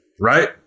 Right